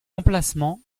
emplacement